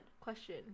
question